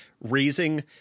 raising